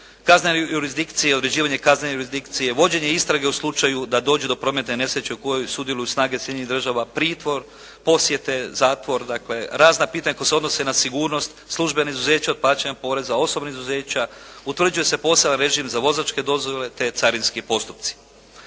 kaznene jurisdikcije, uređivanje kaznene jurisdikcije, vođenje istrage u slučaju da dođe do prometne nesreće u kojoj sudjeluju snage Sjedinjenih Država, pritvor, posjete, zatvor, dakle razna pitanja koja se odnose na sigurnost, službeno izuzeće od plaćanja poreza, osobna izuzeća, utvrđuje se poseban režim za vozačke dozvole te carinski postupci.